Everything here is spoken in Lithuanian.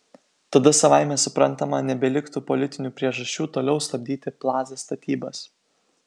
tada savaime suprantama nebeliktų politinių priežasčių toliau stabdyti plaza statybas